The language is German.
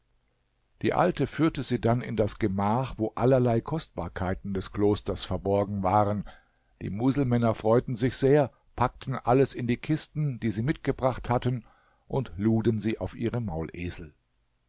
die alte führte sie dann in das gemach wo allerlei kostbarkeiten des klosters verborgen waren die muselmänner freuten sich sehr packten alles in die kisten die sie mitgebracht hatten und luden sie auf ihre